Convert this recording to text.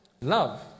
love